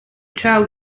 child